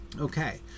Okay